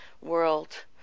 world